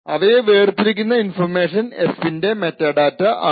അവയെ വേർതിരിക്കുന്ന information f ൻറെ മെറ്റാഡാറ്റ ആണ്